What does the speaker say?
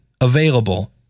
available